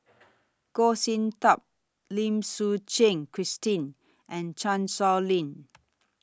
Goh Sin Tub Lim Suchen Christine and Chan Sow Lin